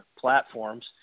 platforms